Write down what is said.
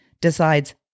decides